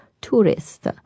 tourists